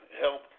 help